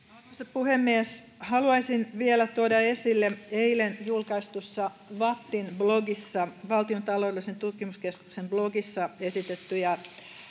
puhemies haluaisin vielä tuoda esille eilen julkaistussa vattin blogissa valtion taloudellisen tutkimuskeskuksen blogissa esitettyjä